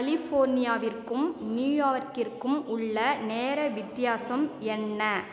கலிஃபோர்னியாவிற்கும் நியூயார்க்கிற்கும் உள்ள நேர வித்தியாசம் என்ன